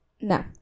No